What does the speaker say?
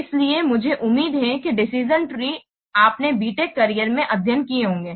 इसलिए मुझे उम्मीद है कि डिसिशन ट्री आपने BTECH कैरियर में अध्ययन किए होंगे